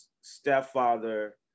stepfather